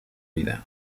vida